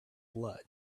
blood